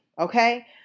Okay